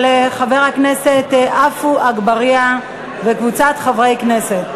של חבר הכנסת עפו אגבאריה וקבוצת חברי כנסת.